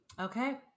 Okay